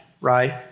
right